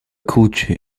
culture